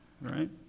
right